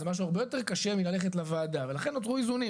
זה משהו שהוא הרבה יותר קשה מללכת לוועדה ולכן נותרו האיזונים.